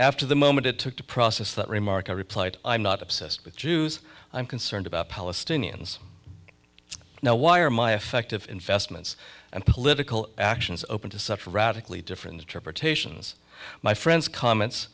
after the moment it took to process that remark i replied i'm not obsessed with jews i'm concerned about palestinians now why are my affective investments and political actions open to such radically different interpretations my friends comments